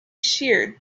sheared